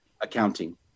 accounting